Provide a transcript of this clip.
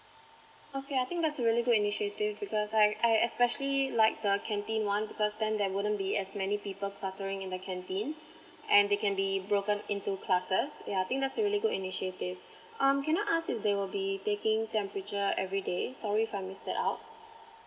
okay I think that's a really good initiative because I I especially like the canteen one because then there wouldn't be as many people cluttering in the canteen and they can be broken into classes yeah I think that's really good initiative um can I ask if they will be taking temperature everyday sorry fun if I missed that out